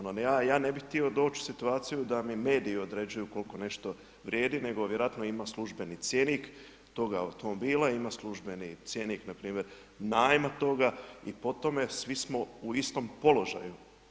Ono, ni ja, ja ne bih htio doći u situaciju da mi mediji određuju koliko nešto vrijedi nego vjerojatno ima službeni cjenik toga automobila, ima službeni cjenik npr. najma toga i po tome svi smo u istom položaju.